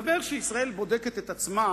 מסתבר שישראל בודקת את עצמה,